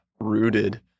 rooted